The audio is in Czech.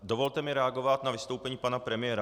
Dovolte mi reagovat na vystoupení pana premiéra.